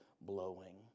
blowing